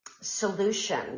solution